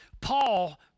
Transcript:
Paul